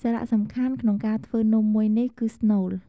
សារៈសំខាន់ក្នុងការធ្វើនំមួយនេះគឺ ស្នូល។